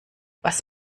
was